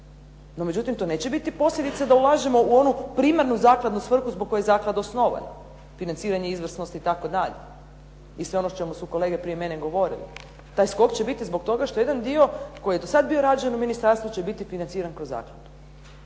No međutim, to neće biti posljedica da ulažemo u onu primarnu zakladnu svrhu zbog koje je zaklada osnovana financiranje izvrsnosti itd. i sve ono o čemu su kolege prije mene govorili. Taj skok će biti zbog toga što jedan dio koji je do sada bio rađen u ministarstvu će biti financiran kroz zakladu.